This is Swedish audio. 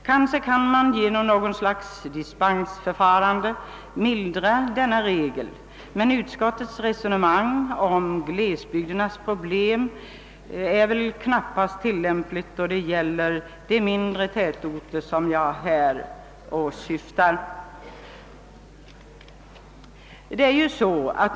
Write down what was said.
Kanske kan man genom något slags dispensförfarande mildra denna regel. | Men utskottets resonemang om glesbygdernas problem är väl knappast tilllämpligt då det gäller de mindre tätorter jag här åsyftar.